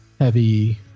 Heavy